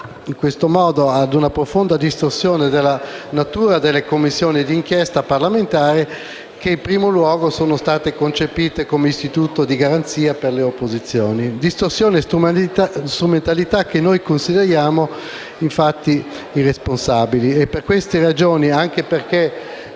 in questo modo ad una profonda distorsione della natura delle Commissioni di inchiesta parlamentare, che in primo luogo sono state concepite come un istituto di garanzia per le opposizioni: distorsione e strumentalità che consideriamo infatti irresponsabili. Per queste ragioni e poiché